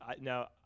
Now